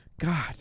God